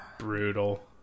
brutal